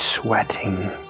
Sweating